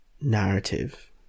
narrative